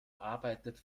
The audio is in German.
arbeitet